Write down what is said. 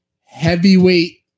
heavyweight